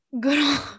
Good